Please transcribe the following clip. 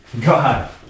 God